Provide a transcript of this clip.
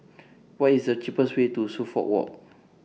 What IS The cheapest Way to Suffolk Walk